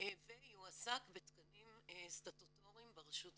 ויועסק בתנאים סטטוטוריים ברשות המקומית.